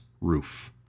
roof